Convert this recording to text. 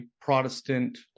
protestant